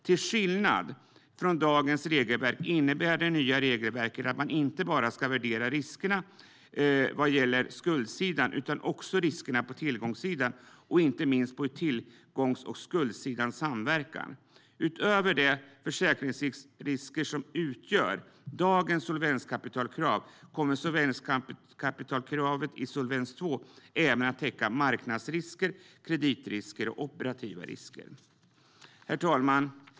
Till skillnad från dagens regelverk innebär det nya regelverket att man inte bara ska värdera riskerna vad gäller skuldsidan utan också riskerna på tillgångssidan och inte minst hur tillgångs och skuldsidan samverkar. Utöver de försäkringsrisker som utgör dagens solvenskapitalkrav kommer solvenskapitalkravet i Solvens II även att täcka marknadsrisker, kreditrisker och operativa risker. Herr talman!